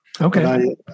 Okay